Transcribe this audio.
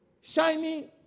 shiny